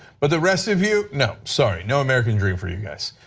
but the rest of you, no, sorry. no american dream for you guys.